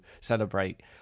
celebrate